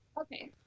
Okay